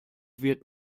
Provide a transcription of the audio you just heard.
wird